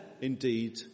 indeed